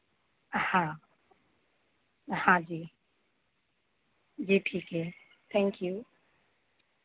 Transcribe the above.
हाँ हाँ जी जी ठीक है थैंक यू